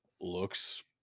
looks